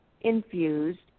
infused